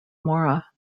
mora